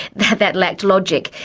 that that lacked logic,